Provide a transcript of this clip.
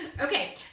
Okay